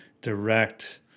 direct